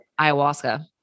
ayahuasca